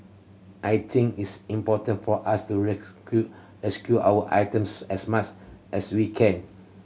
I think it's important for us to rescue our items as much as we can